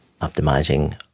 optimizing